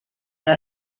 era